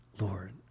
Lord